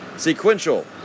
Sequential